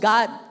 God